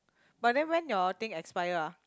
but then when your thing expire ah